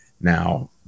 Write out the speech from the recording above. Now